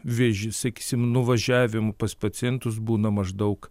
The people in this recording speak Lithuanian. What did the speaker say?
veži seksim nuvažiavimų pas pacientus būna maždaug